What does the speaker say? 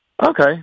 Okay